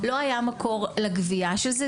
לא היה מקור לגבייה של זה.